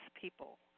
people